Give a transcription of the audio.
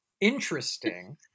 interesting